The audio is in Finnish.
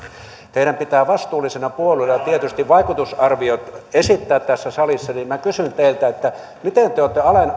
teidän pitää vastuullisena puolueena tietysti vaikutusarviot esittää tässä salissa niin minä kysyn teiltä miten te olette